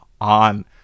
on